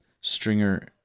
Stringer